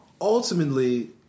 Ultimately